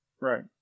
Right